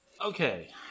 Okay